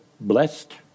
blessed